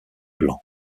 blanc